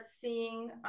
seeing